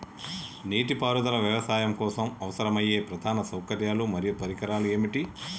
నీటిపారుదల వ్యవసాయం కోసం అవసరమయ్యే ప్రధాన సౌకర్యాలు మరియు పరికరాలు ఏమిటి?